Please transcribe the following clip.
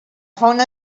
fauna